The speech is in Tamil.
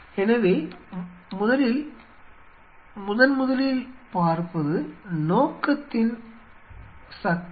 எனவே முதலில் முதன்முதலில் பார்ப்பது நோக்கத்தின் சக்தி